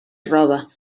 roba